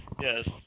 Yes